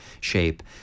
shape